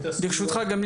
את טענתך.